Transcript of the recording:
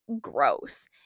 gross